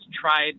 tried